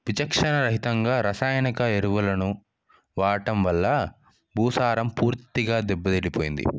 విచక్షణ రహితంగా రసాయనిక ఎరువులను వాడటం వల్ల భూసారం పూర్తిగా దెబ్బతినిపోయింది